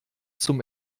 zum